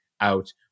out